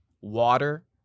water